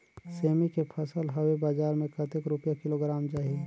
सेमी के फसल हवे बजार मे कतेक रुपिया किलोग्राम जाही?